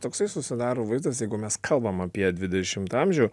toksai susidaro vaizdas jeigu mes kalbam apie dvidešimtą amžių